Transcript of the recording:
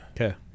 Okay